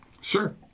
Sure